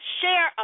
share